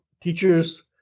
teachers